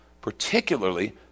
particularly